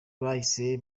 bahise